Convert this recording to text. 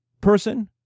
person